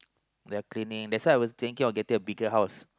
their cleaning that's why I was thinking of getting a bigger house